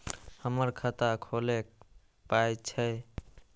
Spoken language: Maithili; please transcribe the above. हमर खाता खौलैक पाय छै